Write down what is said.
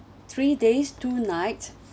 three days two nights